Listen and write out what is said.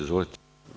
Izvolite.